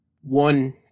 one